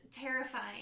terrifying